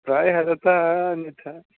प्रायः तथा अन्यथा